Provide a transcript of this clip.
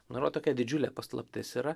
nu ir va tokia didžiulė paslaptis yra